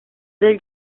del